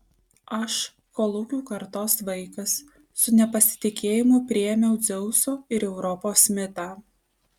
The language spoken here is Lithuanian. aš kolūkių kartos vaikas su nepasitikėjimu priėmiau dzeuso ir europos mitą